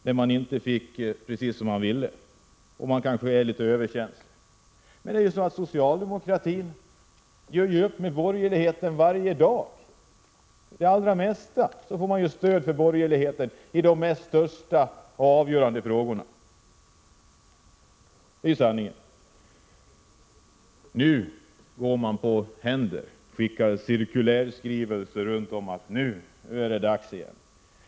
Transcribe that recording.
— Det kan naturligtvis vara så, Lars Ulander, om man är litet överkänslig. Men socialdemokratin gör upp med borgerligheten varje dag. I det allra mesta får den stöd från borgerligheten i de stora och avgörande frågorna. Det är sanningen. Nu går man på händer, skickar cirkulärskrivelser och säger: Nu är det dags igen.